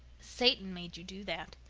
satan made you do that,